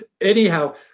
Anyhow